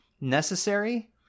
necessary